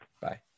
bye